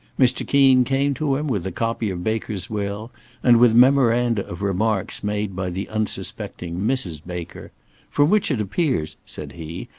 mr. keen came to him with a copy of baker's will and with memoranda of remarks made by the unsuspecting mrs. baker from which it appears, said he,